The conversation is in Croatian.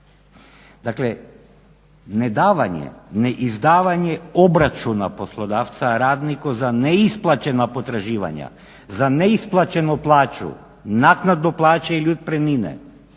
Dakle nedavanje, neizdavanje obračuna poslodavca radniku za neisplaćena potraživanja, za neisplaćenu plaću, naknadu plaće ili otpremnine